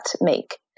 make